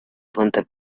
twenty